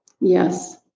Yes